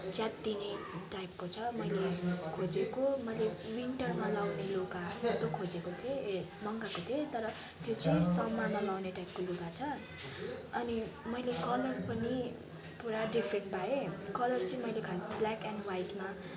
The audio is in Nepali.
च्यातिने टाइपको छ मैले खोजेको मैले विन्टरमा लाउने लुगा जस्तै खोजेको थिएँ ए मगाएको थिएँ तर त्यो चाहिँ समरमा लाउने टाइपको लुगा छ अनि मैले कलर पनि पुरा डिफेक्ट पाएँ कलर चाहिँ मैले खास ब्ल्याक एन्ड वाइटमा